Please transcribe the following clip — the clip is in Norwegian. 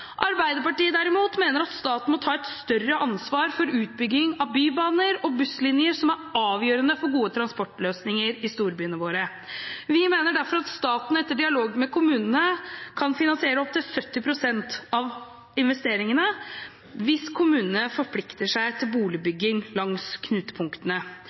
Arbeiderpartiet, derimot, mener at staten må ta et større ansvar for utbygging av bybaner og busslinjer, noe som er avgjørende for gode transportløsninger i storbyene våre. Vi mener derfor at staten etter dialog med kommunene kan finansiere opptil 70 pst. av investeringene hvis kommunene forplikter seg til